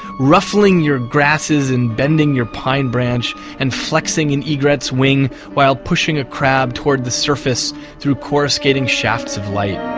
ruffling your grasses and bending your pine branch and flexing an egret's wing while pushing a crowd towards the surface through coruscating shafts of light.